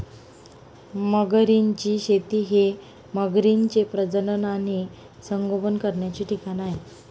मगरींची शेती हे मगरींचे प्रजनन आणि संगोपन करण्याचे ठिकाण आहे